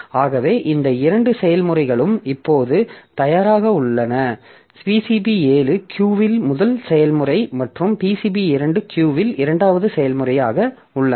ஆகவே இந்த இரண்டு செயல்முறைகளும் இப்போது தயாராக உள்ளன PCB7 கியூ இல் முதல் செயல்முறை மற்றும் PCB2 கியூ இல் இரண்டாவது செயல்முறையாக உள்ளன